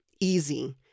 easy